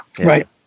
right